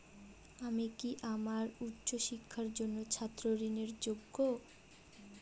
আমি কি আমার উচ্চ শিক্ষার জন্য ছাত্র ঋণের জন্য যোগ্য?